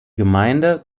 gemeinde